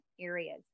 areas